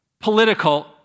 political